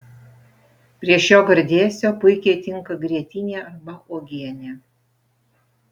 prie šio gardėsio puikiai tinka grietinė arba uogienė